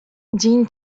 dzień